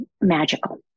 magical